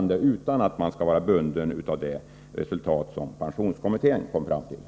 Jag menar att man då inte skall vara bunden av det som pensionskommittén kommit fram till.